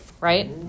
right